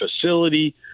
facility